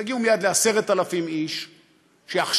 תגיעו מייד ל-10,000 איש שעכשיו,